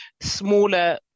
smaller